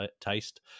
taste